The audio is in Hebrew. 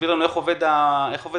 איך עובד המנגנון?